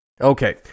Okay